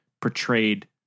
portrayed